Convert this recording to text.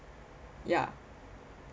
ya